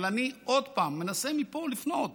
אבל אני עוד פעם מנסה, מפה, לפנות